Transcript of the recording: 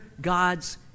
God's